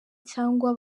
cyangwa